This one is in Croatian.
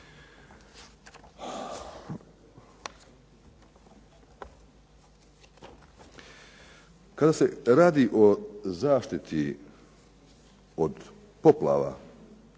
Kada se radi o zaštiti od poplava,